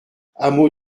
hameau